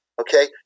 Okay